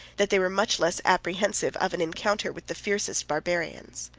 that they were much less apprehensive of an encounter with the fiercest barbarians.